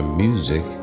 music